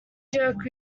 jerk